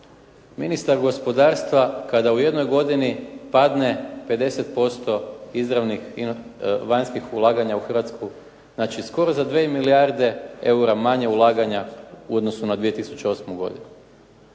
ministar gospodarstva kada u jednoj godini padne 50% izravnih vanjskih ulaganja u Hrvatsku, znači skoro za 2 milijarde eura manje ulaganja u odnosu na 2008. godinu.